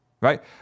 right